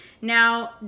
Now